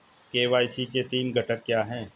KYC के तीन घटक क्या हैं?